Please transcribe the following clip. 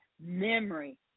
memory